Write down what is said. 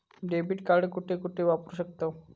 Debit card कुठे कुठे वापरू शकतव?